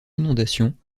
inondations